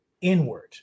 inward